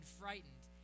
frightened